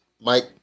Mike